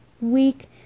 week